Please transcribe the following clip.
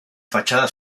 fachada